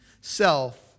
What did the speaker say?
self